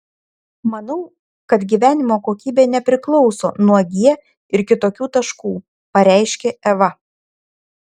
manau kad gyvenimo kokybė nepriklauso nuo g ir kitokių taškų pareiškė eva